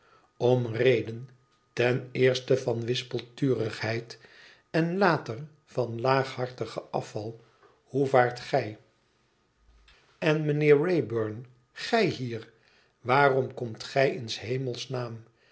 om reden ten eerste van wispelturigheid en later van laaghartigen afval hoe vaart gij en mijnheer wrayburn gij hier waarom komt gij in